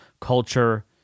culture